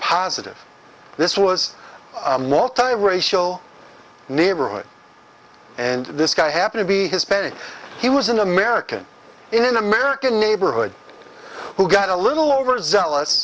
if this was a multiracial neighborhood and this guy happen to be hispanic he was an american in an american neighborhood who got a little overzealous